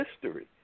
history